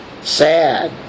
sad